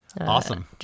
Awesome